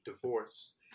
divorce